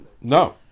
No